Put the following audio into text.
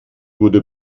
wurde